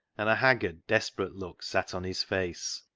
and a haggard, desperate look sat on his face.